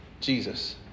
Jesus